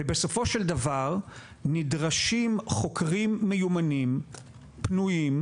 ובסופו של דבר נדרשים חוקרים מיומנים פנויים,